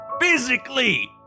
Physically